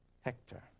Hector